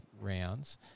rounds